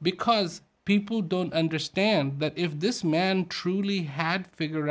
because people don't understand that if this man truly had figure